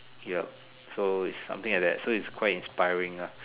yup so is something like that so is quite inspiring lah